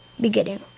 beginning